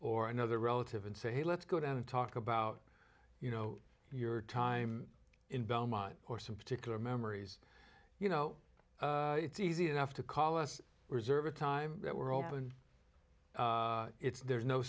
or another relative and say let's go down and talk about you know your time in belmont or some particular memories you know it's easy enough to call us reserve a time that we're open it's there's no